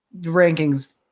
rankings